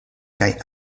kaj